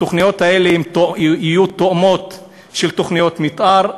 התוכניות האלה יהיו תואמות תוכניות מתאר,